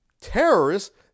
terrorists